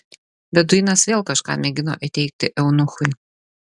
beduinas vėl kažką mėgino įteigti eunuchui